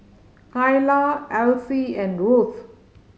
Kylah Elyse and Ruth